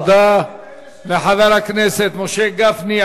תודה לחבר הכנסת משה גפני.